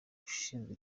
ushinzwe